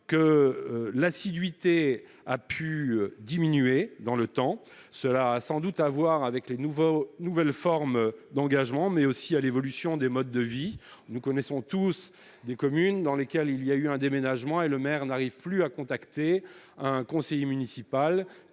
que l'assiduité a pu diminuer dans le temps, cela a sans doute à voir avec les nouveaux nouvelle forme d'engagement mais aussi à l'évolution des modes de vie, nous connaissons tous des communes dans lesquelles il y a eu un déménagement et Lemaire n'arrive plus à contacter un conseiller municipal,